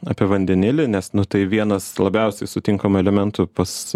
apie vandenilį nes nu tai vienas labiausiai sutinkamų elementų pas